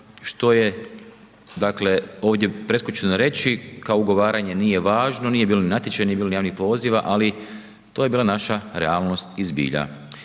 se ne razumije./... reći kao ugovaranje nije važno, nije bilo ni natječaja, nije bilo ni javnih poziva ali to je bila naša realnost i zbilja.